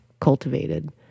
cultivated